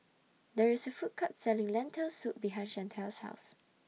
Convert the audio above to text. There IS A Food Court Selling Lentil Soup behind Shantel's House